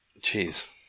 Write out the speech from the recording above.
Jeez